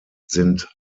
sind